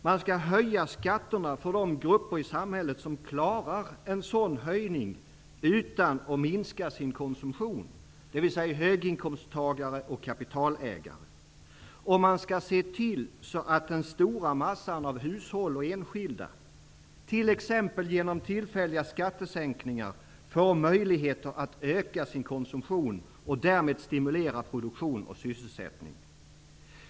Man skall höja skatterna för de grupper i samhället som klarar en sådan höjning utan att minska sin konsumtion, dvs. höginkomsttagare och kapitalägare. Om man skall se till att den stora massan av hushåll och enskilda -- t.ex. genom tillfälliga skattesänkningar -- får möjligheter att öka sin konsumtion och därmed stimulera produktion och sysselsättning.